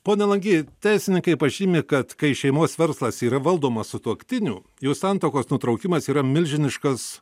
ponia langy teisininkai pažymi kad kai šeimos verslas yra valdomas sutuoktinių jų santuokos nutraukimas yra milžiniškas